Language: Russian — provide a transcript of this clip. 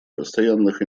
постоянных